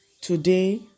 Today